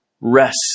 rest